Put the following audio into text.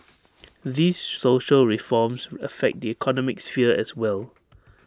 these social reforms affect the economic sphere as well